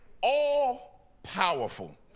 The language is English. all-powerful